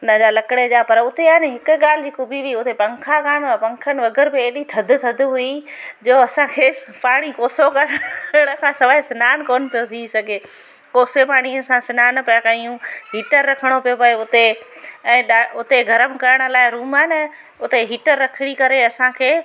उन जा लकिड़े जा पर उते आहे नि हिकु ॻाल्हि हिकु ॿी हुई उहे पंखा कोन हुआ पंखनि अहिड़ी थधि थदु हुई जो असांखे पाणी कोसो करण खां सवाइ सनानु कोन कर बि सघे कोसे पाणीअ सां सनानु पिया कयूं हीटर रखिणो थो पए हुते ऐं ॾा हुते गरम करण लाइ रूम आए न उते हीटर रखी करे असांखे